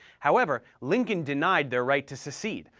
however, lincoln denied their right to secede,